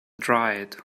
dried